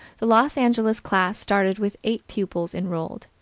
the los angeles class started with eight pupils enrolled,